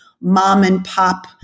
mom-and-pop